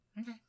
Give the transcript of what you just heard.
Okay